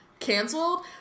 canceled